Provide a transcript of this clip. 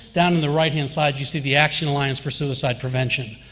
down in the right hand side, you see the action alliance for suicide prevention.